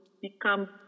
become